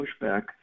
pushback